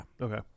Okay